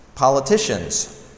Politicians